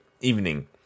evening